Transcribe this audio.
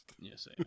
Yes